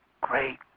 Great